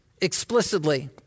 explicitly